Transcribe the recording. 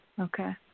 Okay